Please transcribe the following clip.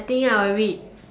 I think I will read